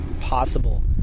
possible